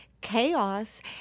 chaos